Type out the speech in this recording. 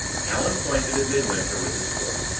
allan pointed at midwinter with his fork.